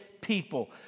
people